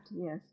Yes